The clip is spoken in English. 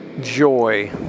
joy